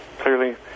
Clearly